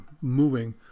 moving